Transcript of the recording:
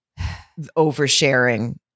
oversharing